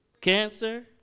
cancer